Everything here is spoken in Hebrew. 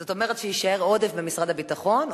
זאת אומרת שיישאר עודף במשרד הביטחון,